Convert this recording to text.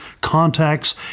contacts